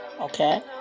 okay